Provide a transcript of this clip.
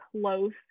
close